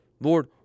Lord